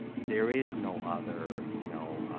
there is no other, you know,